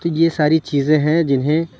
تو یہ ساری چیزیں ہیں جنہیں